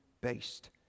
based